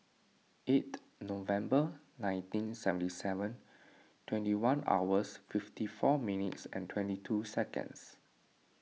eighth November nineteen seventy seven twenty one hours fifty four minutes twenty two seconds